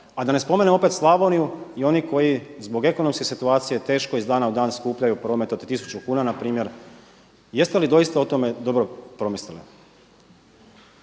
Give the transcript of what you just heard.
a da ne spominjem opet Slavoniju i one koji zbog ekonomske situacije teško iz dana u dan skupljaju promet od tisuću kuna na primjer, jeste li doista o tome dobro promislili?